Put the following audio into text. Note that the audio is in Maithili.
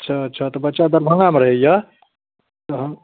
अच्छा अच्छा बच्चा दरभङ्गामे रहैअ अहँ